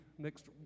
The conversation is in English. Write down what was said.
next